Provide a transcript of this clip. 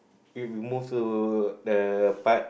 we we move to the part